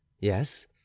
yes